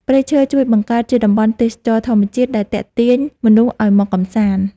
ព្រៃឈើជួយបង្កើតជាតំបន់ទេសចរណ៍ធម្មជាតិដែលទាក់ទាញមនុស្សឱ្យមកកម្សាន្ត។